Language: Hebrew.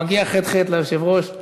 מגיע ח"ח ליושב-ראש.